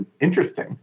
interesting